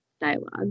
dialogue